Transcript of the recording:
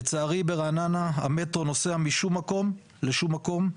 לצערי ברעננה המטרו נוסע משום מקום לשום מקום.